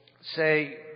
say